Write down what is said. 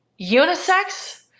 unisex